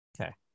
Okay